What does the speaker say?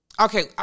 Okay